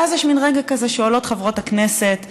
ואז יש מין רגע כזה שעולות חברת הכנסת הפמיניסטיות,